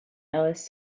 ellis